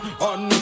on